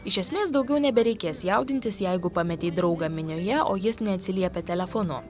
iš esmės daugiau nebereikės jaudintis jeigu pametei draugą minioje o jis neatsiliepia telefonu